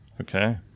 Okay